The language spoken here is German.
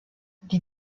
die